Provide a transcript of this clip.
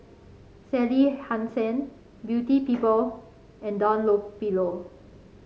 Sally Hansen Beauty People and Dunlopillo